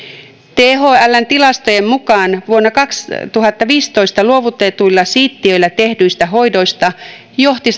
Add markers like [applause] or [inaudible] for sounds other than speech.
thln tilastojen mukaan vuonna kaksituhattaviisitoista luovutetuilla siittiöillä tehdyistä hoidoista satakaksikymmentäseitsemän johti [unintelligible]